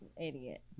Idiot